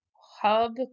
hub